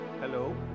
Hello